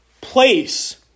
place